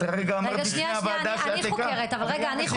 כרגע אמרת בפני הוועדה שאת הקמת -- דנה,